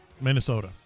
Minnesota